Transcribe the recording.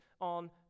on